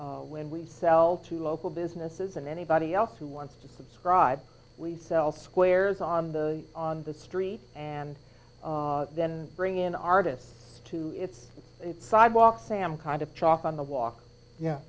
square when we sell to local businesses and anybody else who wants to subscribe we sell squares on the on the street and then bring in artists to it's a sidewalk sam kind of chalk on the walk yeah